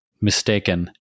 mistaken